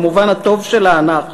במובן הטוב של ה"אנחנו"